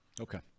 Okay